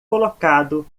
colocado